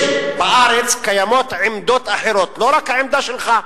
בארץ קיימות עמדות אחרות, לא רק העמדה שלך.